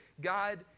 God